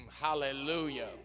Hallelujah